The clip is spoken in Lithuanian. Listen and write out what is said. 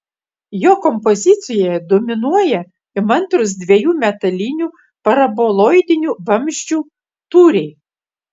jo kompozicijoje dominuoja įmantrūs dviejų metalinių paraboloidinių vamzdžių tūriai